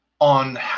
on